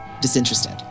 disinterested